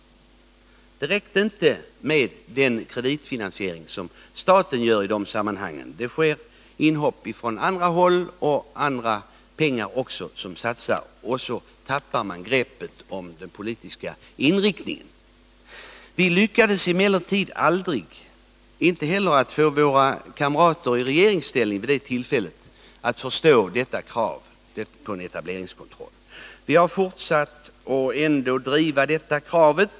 Det räckte inte med den kreditfinansiering som staten gör i de sammanhangen. Det sker inhopp från andra håll, och andra pengar satsas, och så tappar man greppet om den politiska inriktningen. Vi lyckades emellertid inte heller få våra kamrater som var i regeringsställning vid det tillfället att förstå detta krav på etableringskontroll. Vi har ändå fortsatt att driva detta krav.